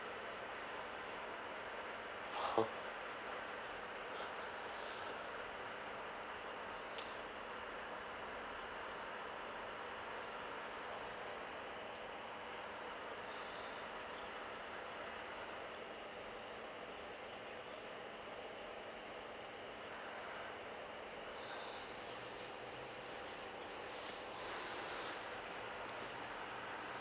!huh!